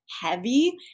heavy